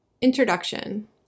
Introduction